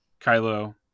Kylo